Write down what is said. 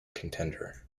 contender